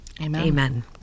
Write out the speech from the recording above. Amen